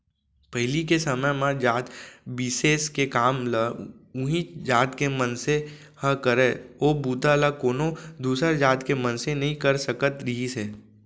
पहिली के समे म जात बिसेस के काम ल उहींच जात के मनसे ह करय ओ बूता ल कोनो दूसर जात के मनसे नइ कर सकत रिहिस हे